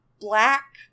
black